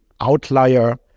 outlier